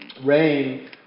RAIN